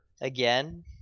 again